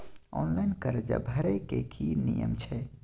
Online कर्जा भरै के की नियम छै?